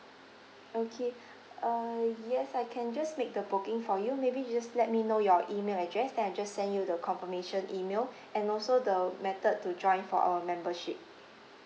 okay uh yes I can just make the booking for you maybe you just let me know your email address then I just send you the confirmation email and also the method to join for our membership